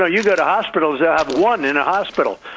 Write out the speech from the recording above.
know, you go to hospitals, they'll have one in a hospital.